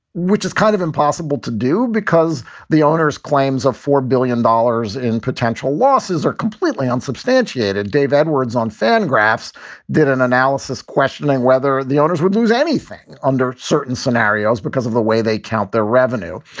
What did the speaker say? which is kind of impossible to do because the owners claims of four billion dollars in potential losses are completely unsubstantiated. dave edwards on fan graphs did an analysis questioning whether the owners would lose anything under certain scenarios because of the way they count their revenue.